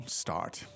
start